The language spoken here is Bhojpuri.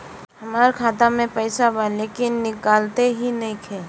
हमार खाता मे पईसा बा लेकिन निकालते ही नईखे?